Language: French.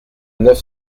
neuf